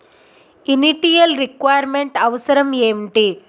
Initial requirement అవసరం ఎంటి?